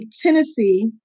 Tennessee